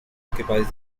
occupies